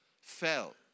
fell